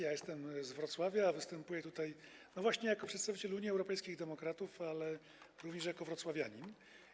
Ja jestem z Wrocławia, a występuję tutaj właśnie jako przedstawiciel Unii Europejskich Demokratów, ale również jako wrocławianin.